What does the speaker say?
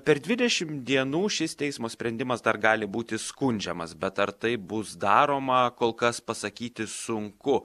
per dvidešimt dienų šis teismo sprendimas dar gali būti skundžiamas bet ar tai bus daroma kol kas pasakyti sunku